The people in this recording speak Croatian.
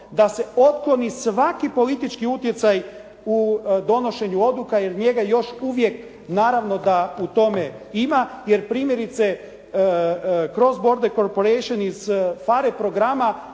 Da se otkloni svaki politički utjecaj u donošenju odluka jer njega još uvijek naravno da u tome ima jer primjerice kroz «Borde Corporation» iz PHARE programa